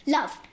Love